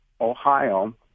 Ohio